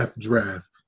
draft